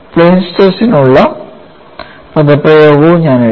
plain stress നുള്ള പദപ്രയോഗവും ഞാൻ എഴുതാം